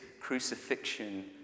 crucifixion